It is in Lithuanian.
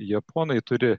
japonai turi